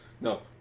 No